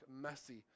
messy